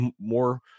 more